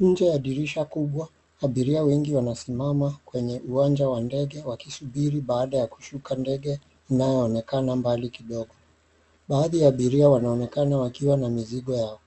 Nje ya dirisha kubwa abiria wengi wanasimama kwenye uwanja wa ndege wakisubiri baada ya kushuka ndege inayoonekana mbali kidogo. Baadhi ya abiria wanaonekana wakiwa na mizigo yao,